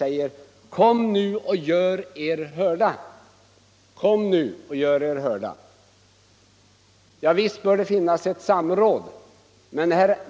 Visst bör det finnas ett samråd, men det är inte bara fråga om att göra sig hörd.